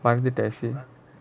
மறந்துட்டேன்:maranthuttaen I see